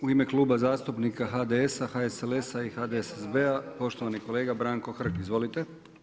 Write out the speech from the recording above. U ime Kluba zastupnika HDS-a, HSLS-a i HDSSB-a, poštovani kolega Branko Hrg, izvolite.